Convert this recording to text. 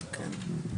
כן.